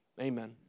amen